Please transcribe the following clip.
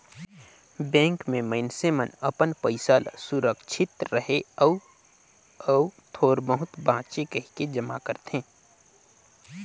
bank में मइनसे मन अपन पइसा ल सुरक्छित रहें अउ अउ थोर बहुत बांचे कहिके जमा करथे